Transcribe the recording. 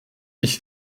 ich